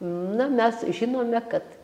na mes žinome kad